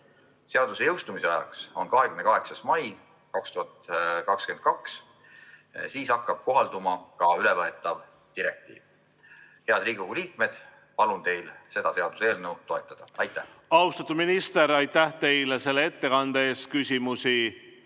Seaduse jõustumise ajaks on 28. mai 2022, siis hakkab kohalduma ka ülevõetav direktiiv. Head Riigikogu liikmed, palun teil seda seaduseelnõu toetada! Austatud minister, aitäh teile selle ettekande eest! Küsimusi